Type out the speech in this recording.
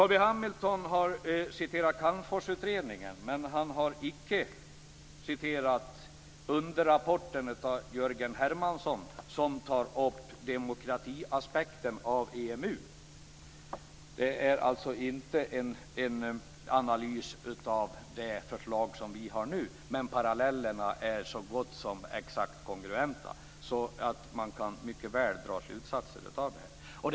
Carl B Hamilton har citerat Calmforsutredningen, men han har icke citerat underrapporten av Jörgen Hermansson, som tar upp demokratiaspekten av EMU. Det är alltså inte en analys av det förslag som vi har nu, men parallellerna är så gott som exakt kongruenta, så man kan mycket väl dra slutsatser av det.